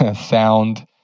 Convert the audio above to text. sound